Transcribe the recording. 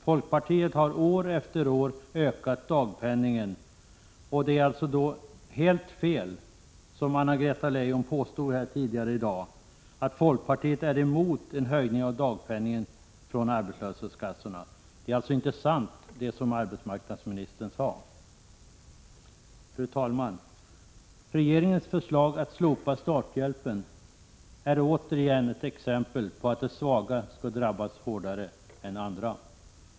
Folkpartiet har år efter år medverkat till ökning av dagpenningen. Det är alltså helt fel, som Anna-Greta Leijon påstod här tidigare, att folkpartiet är emot en höjning av dagpenningen från arbetslöshetskassorna. Fru talman! Regeringens förslag att slopa starthjälpen är återigen ett exempel på att de svaga skall drabbas hårdare än andra.